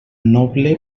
noble